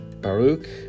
Baruch